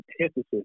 antithesis